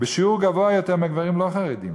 בשיעור גבוה יותר מגברים לא חרדים,